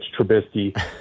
Trubisky